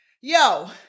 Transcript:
Yo